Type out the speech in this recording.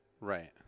Right